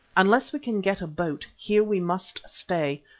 unless we can get a boat, here we must stay,